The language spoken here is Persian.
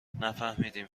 نفهمیدم